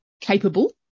capable